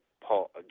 Paul